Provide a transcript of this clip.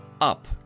up